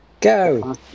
Go